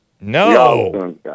No